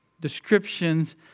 descriptions